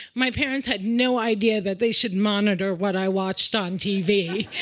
my parents had no idea that they should monitor what i watched on tv.